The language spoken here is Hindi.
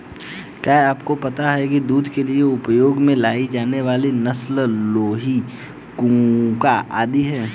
क्या आपको पता है दूध के लिए उपयोग में लाई जाने वाली नस्ल लोही, कूका आदि है?